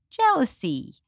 jealousy